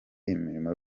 imirimo